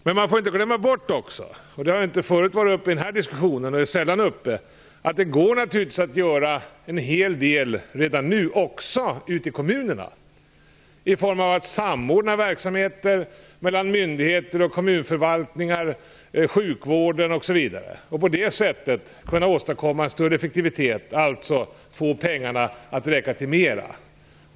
Man får inte glömma bort något som inte varit uppe i den här diskussionen och som sällan tas upp, att det naturligtvis redan nu går att göra en hel del också ute i kommunerna i form av samordnade verksamheter mellan myndigheter, kommunförvaltningar, sjukvård osv. På det sättet kan man åstadkomma större effektivitet, dvs. få pengarna att räcka till mera.